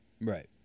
Right